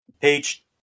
Page